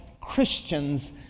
Christians